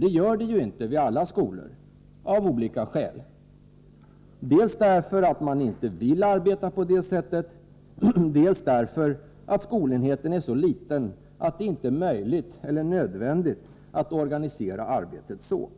Det gör det ju inte vid alla skolor, av olika skäl; dels därför att man inte vill arbeta på det sättet, dels därför att skolenheten är så liten att det inte är möjligt eller nödvändigt att organisera arbetet så.